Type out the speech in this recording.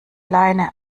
leine